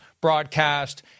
broadcast